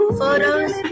photos